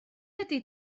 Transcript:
ydy